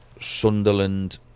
Sunderland